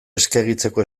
eskegitzeko